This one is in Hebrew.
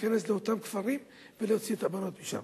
להיכנס לאותם כפרים ולהוציא את הבנות משם.